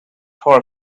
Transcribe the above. for